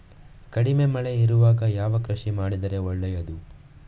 ಕಡಿಮೆ ಮಳೆ ಇರುವಾಗ ಯಾವ ಕೃಷಿ ಮಾಡಿದರೆ ಒಳ್ಳೆಯದು?